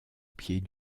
pied